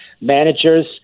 managers